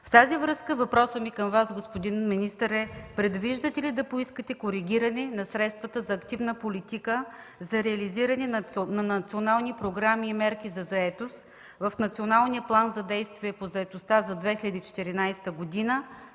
В тази връзка въпросът ми към Вас, господин министър е: предвиждате ли да поискате коригиране на средствата за активна политика за реализиране на национални програми и мерки за заетост в Националния